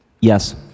Yes